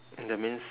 that means